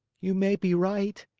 you may be right,